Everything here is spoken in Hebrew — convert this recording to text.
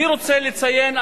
אני רוצה לציין,